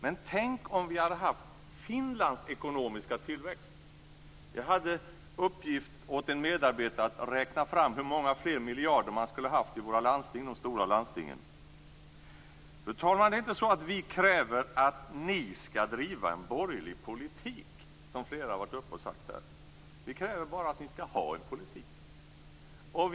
Men tänk om vi hade haft Finlands ekonomiska tillväxt! Jag gav uppgiften åt en medarbetare att räkna fram hur många fler miljarder man då skulle ha haft i våra stora landsting. Fru talman! Det är inte så att vi kräver att ni skall driva en borgerlig politik, som flera har varit uppe och sagt. Vi kräver bara att ni skall ha en politik.